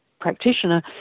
practitioner